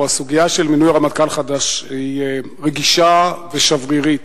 או הסוגיה של מינוי רמטכ"ל חדש היא רגישה ושברירית,